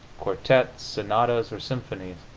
quartets, sonatas or symphonies.